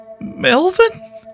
Melvin